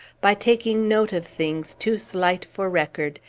by taking note of things too slight for record,